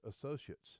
associates